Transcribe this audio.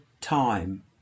time